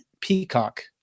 Peacock